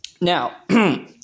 Now